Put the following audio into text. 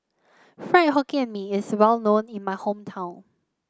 fried Hokkien and Mee is well known in my hometown